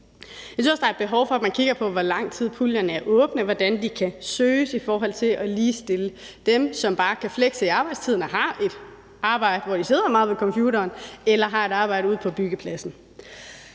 Jeg synes også, der er behov for, at man kigger på, hvor lang tid puljerne er åbne, hvordan de kan søges i forhold til at ligestille dem, som bare kan flekse i arbejdstiden og har et arbejde, hvor de sidder meget ved computeren, eller har et arbejde ude på byggepladsen.